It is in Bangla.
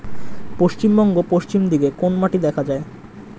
পশ্চিমবঙ্গ পশ্চিম দিকে কোন মাটি দেখা যায়?